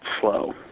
slow